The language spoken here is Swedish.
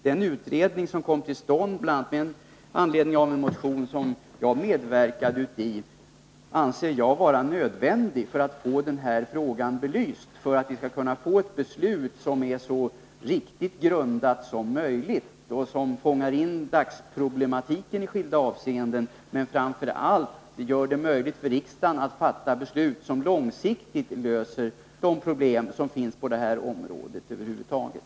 Den utredning som kom till stånd bl.a. med anledning av en motion som jag medverkade till anser jag vara nödvändig för att få frågan belyst, så att det fattas ett beslut som är så riktigt grundat som möjligt och som fångar in dagsproblematiken i skilda avseenden men framför allt gör det möjligt för riksdagen att fatta beslut som långsiktigt löser problemen på området.